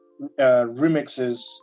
remixes